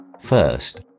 First